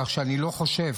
כך שאני לא חושב,